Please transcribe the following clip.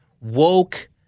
woke